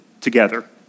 together